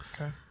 okay